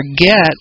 forget